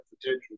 potential